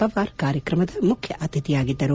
ಪವಾರ್ ಕಾರ್ಯಕ್ರಮದ ಮುಖ್ಯ ಅತಿಥಿಯಾಗಿದ್ದರು